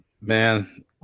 Man